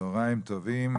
צוהריים טובים,